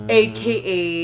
aka